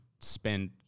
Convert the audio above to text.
spend